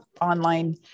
online